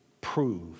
Prove